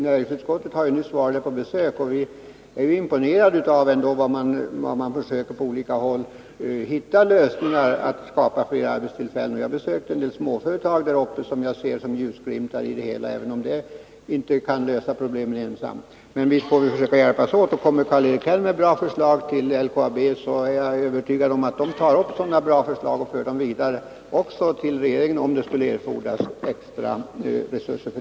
Näringsutskottet har nyligen varit på besök i malmfältsområdena, och vi är imponerade av hur man på olika håll försöker hitta lösningar för att skapa flera arbetstillfällen. Jag besökte en del småföretag, som jag ser som ljusglimtar, även om de inte ensamma kan lösa problemen. Vi får som sagt försöka hjälpas åt. Kommer Karl-Erik Häll med bra förslag till LKAB kommer företaget — det är jag övertygad om — att ta upp dem och även att föra dem vidare till regeringen, om det skulle erfordras extra resurser.